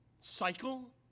cycle